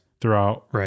throughout